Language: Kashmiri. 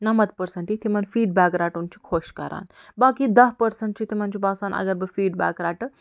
نمتھ پٔرسنٛٹ یِتھ یِمن فیٖڈبیک رَٹُن چھُ خۄش کَران باقی دَہ پٔرسنٛٹ چھِ تمن چھُ باسان اگر بہٕ فیٖڈبیک رَٹہٕ